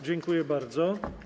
Dziękuję bardzo.